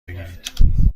بگیرید